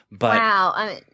Wow